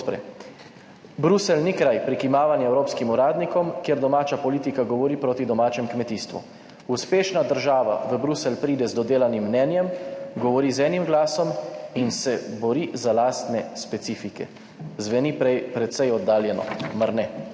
Bruselj ni kraj prikimavanja evropskim uradnikom, kjer domača politika govori proti domačem kmetijstvu, uspešna država v Bruselj pride z dodelanim mnenjem, govori z enim glasom in se bori za lastne specifike. Zveni prej precej oddaljeno, mar